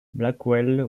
blackwell